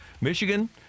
Michigan